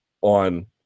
on